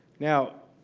now,